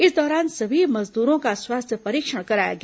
इस दौरान सभी मजदूरों का स्वास्थ्य परीक्षण कराया गया